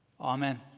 Amen